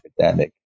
epidemic